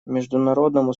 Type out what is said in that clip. международному